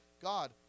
God